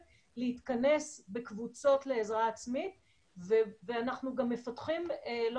להתכנס בקבוצות לעזרה עצמית ואנחנו גם מפתחים לא